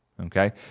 okay